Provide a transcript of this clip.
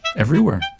everywhere,